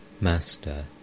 Master